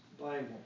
Bible